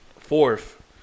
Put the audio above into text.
Fourth